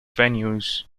venues